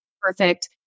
perfect